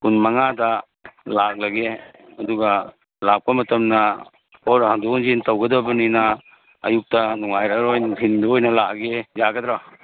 ꯀꯨꯟꯃꯉꯥꯗ ꯂꯥꯛꯂꯒꯦ ꯑꯗꯨꯒ ꯂꯥꯛꯄ ꯃꯇꯝꯅ ꯄꯣꯠ ꯍꯟꯗꯣꯛ ꯍꯟꯖꯤꯟ ꯇꯧꯒꯗꯕꯅꯤꯅ ꯑꯌꯨꯛꯇ ꯅꯨꯡꯉꯥꯏꯔꯔꯣꯏ ꯅꯨꯡꯊꯤꯟꯗ ꯑꯣꯏꯅ ꯂꯥꯛꯑꯒꯦ ꯌꯥꯒꯗ꯭ꯔꯣ